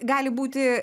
gali būti